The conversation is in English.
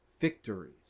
victories